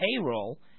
payroll